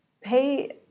pay